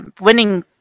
Winning